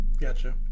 Gotcha